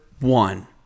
one